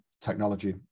technology